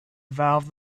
evolved